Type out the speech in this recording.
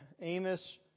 Amos